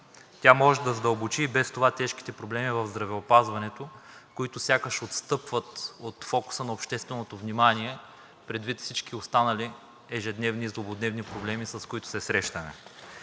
Тя може да задълбочи и без това тежките проблеми в здравеопазването, които сякаш отстъпват от фокуса на общественото внимание предвид всички останали ежедневни и злободневни проблеми, с които се срещаме.